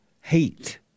hate